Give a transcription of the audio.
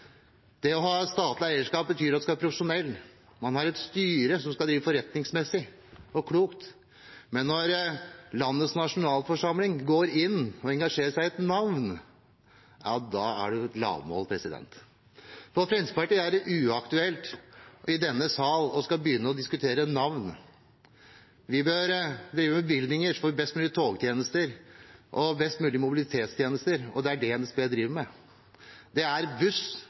Det å ha statlig eierskap betyr at man skal være profesjonell. Man har et styre som skal drive forretningsmessig og klokt. Men når landets nasjonalforsamling går inn og engasjerer seg i et navn, da er det lavmål. For Fremskrittspartiet er det uaktuelt i denne sal å begynne å diskutere navn. Vi bør drive med bevilgninger, så vi får best mulig togtjenester og best mulig mobilitetstjenester, og det er det NSB driver med. Det er buss,